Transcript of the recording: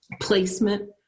placement